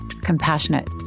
compassionate